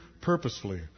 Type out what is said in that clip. purposefully